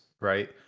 right